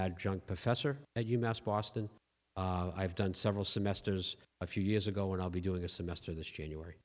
adjunct professor at u mass boston i have done several semesters a few years ago and i'll be doing a semester this january